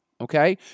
okay